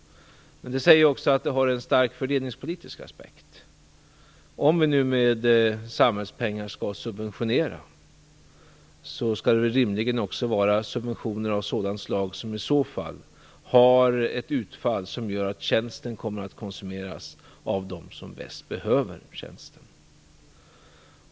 Med det innebär ju också en stark fördelningspolitisk aspekt. Om vi nu skall subventionera med samhällspengar så skall det väl rimligen också vara subventioner av sådant slag att tjänsten kommer att konsumeras av dem som bäst behöver den.